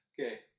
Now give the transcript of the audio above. Okay